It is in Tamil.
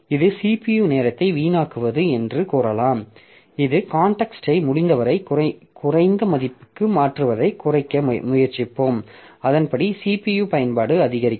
இது CPU நேரத்தை வீணாக்குவது என்று கூறலாம் இந்த காண்டெக்ஸ்ட்ஐ முடிந்தவரை குறைந்த மதிப்புக்கு மாற்றுவதைக் குறைக்க முயற்சிப்போம் அதன்படி CPU பயன்பாடு அதிகரிக்கும்